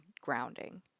grounding